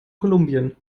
kolumbien